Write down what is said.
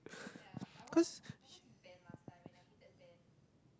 cause